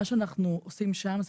מה שאנחנו עושים שם זה